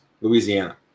Louisiana